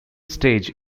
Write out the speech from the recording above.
stage